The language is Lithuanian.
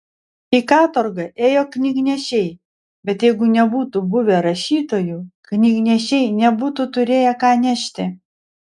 į katorgą ėjo knygnešiai bet jeigu nebūtų buvę rašytojų knygnešiai nebūtų turėję ką nešti